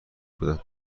بودم